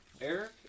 Eric